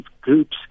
groups